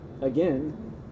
again